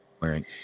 wearing